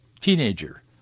teenager